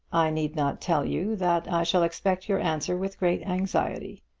i need not tell you that i shall expect your answer with great anxiety.